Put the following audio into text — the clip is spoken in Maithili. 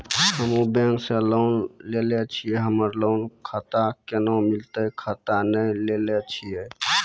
हम्मे बैंक से लोन लेली छियै हमरा लोन खाता कैना मिलतै खाता नैय लैलै छियै?